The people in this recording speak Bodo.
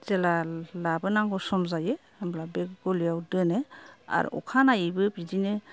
जेला लाबोनांगौ सम जायो होमब्ला बे गलियाव दोनो आरो अखा नायैबो बिदिनो